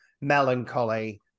melancholy